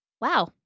Wow